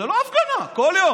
זו לא הפגנה, כל יום,